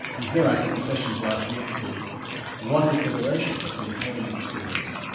and here i think the question to ask next is what is the relation between having an experience,